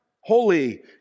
holy